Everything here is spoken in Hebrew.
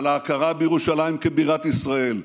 על ההכרה בירושלים כבירת ישראל,